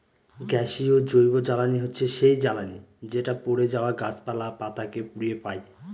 গ্যাসীয় জৈবজ্বালানী হচ্ছে সেই জ্বালানি যেটা পড়ে যাওয়া গাছপালা, পাতা কে পুড়িয়ে পাই